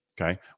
Okay